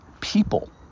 people